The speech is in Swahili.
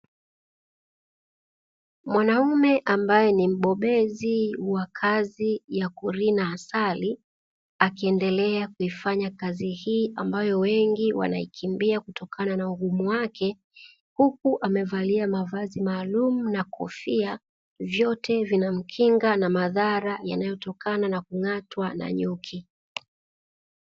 Mwanaume ambaye ni mbobezi wa kazi ya kurina asali akiendelea kuifanya kazi hii ambayo wengi wanaikimbia kutokana na ugumu wake, huku amevalia mavazi maalumu na kofia vyote vinamkinga na madhara yanayotokana na kung'atwa na nyuki.